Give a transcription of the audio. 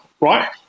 Right